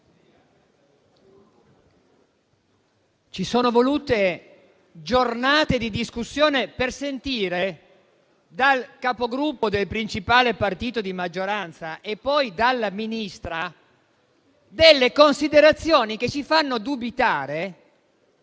ci sono volute giornate di discussione per sentire dal Capogruppo del principale partito di maggioranza e poi dalla Ministra considerazioni che ci fanno dubitare